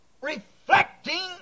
reflecting